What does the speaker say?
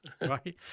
Right